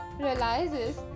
realizes